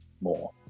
more